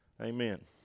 Amen